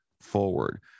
forward